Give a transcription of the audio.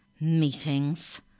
Meetings